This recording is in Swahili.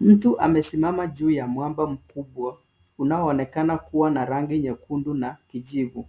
Mtu amesimama juu ya mwamba mkubwa unaoonekana kuwa na rangi nyekundu na kijivu.